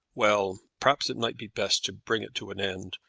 well perhaps it might be best to bring it to an end,